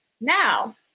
Now